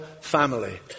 family